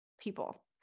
people